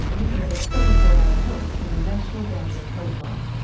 you can get twenty four hour help from the national gambling helpline,